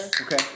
Okay